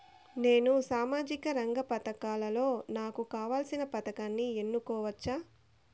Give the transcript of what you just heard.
నేను సామాజిక రంగ పథకాలలో నాకు కావాల్సిన పథకాన్ని ఎన్నుకోవచ్చా?